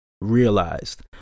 Realized